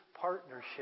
partnership